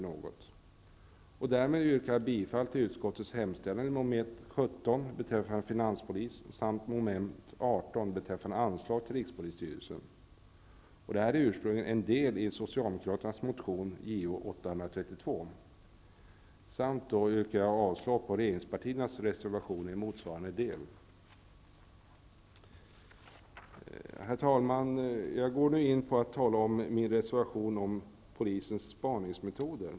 Jag yrkar bifall till utskottets hemställan i mom. 17 Vidare yrkar jag avslag på regeringspartiernas reservation i motsvarande del. Herr talman! Jag går nu in på att tala om min reservation om polisens spaningsmetoder.